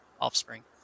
offspring